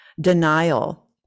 Denial